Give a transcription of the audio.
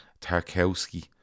Tarkowski